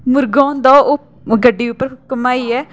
मुर्गा होंदा ओह् गड्डी उप्पर घमाइयै